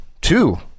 Two